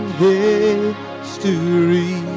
history